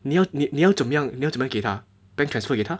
你要你要怎么样你要这么样给他 bank transfer 给他